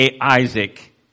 Isaac